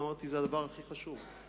אמרתי: זה הדבר הכי חשוב.